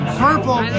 purple